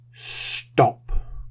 Stop